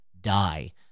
die